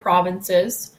provinces